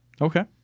Okay